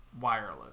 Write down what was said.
wireless